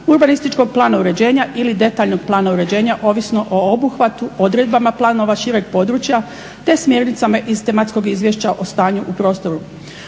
urbanističkog plana uređenja ili detaljnog plana uređenja ovisno o obuhvatu, odredbama planova šireg područja te smjernicama iz tematskog izvješća o stanju u prostoru.